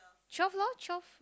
twelve loh twelve